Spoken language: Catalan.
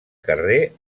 carrer